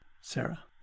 sarah